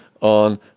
on